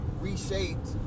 reshaped